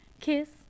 kiss